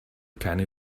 keine